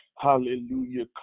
hallelujah